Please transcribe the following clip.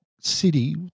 city